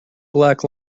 black